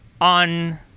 on